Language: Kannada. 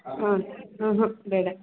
ಹಾಂ ಬೇಡ